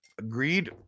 Agreed